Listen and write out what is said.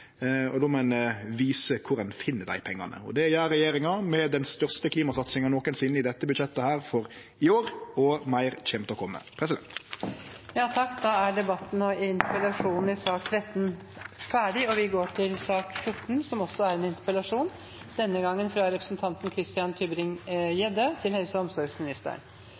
og då må ein vise kor ein finn dei pengane. Det gjer regjeringa med den største klimasatsinga nokosinne i budsjettet for i år, og meir kjem til å kome. Da er debatten i sak nr. 13 ferdig. Her var det jo ikke mange i salen. Det er hyggelig å se at representanten Bøhler kom innom, ellers blir det statsråden og